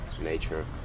nature